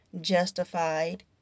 justified